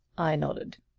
i nodded.